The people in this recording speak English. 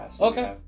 Okay